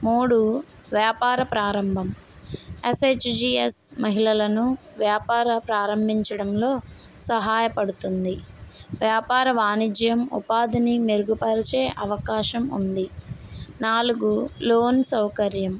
మూడు వ్యాపార ప్రారంభం ఎస్హెచ్జిస్ మహిళలను వ్యాపార ప్రారంభించడంలో సహాయపడుతుంది వ్యాపార వాణిజ్యం ఉపాధిని మెరుగుపరిచే అవకాశం ఉంది నాలుగు లోన్ సౌకర్యం